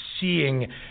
seeing